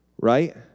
right